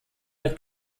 mit